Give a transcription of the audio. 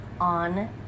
on